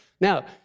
Now